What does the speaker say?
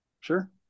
Sure